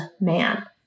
man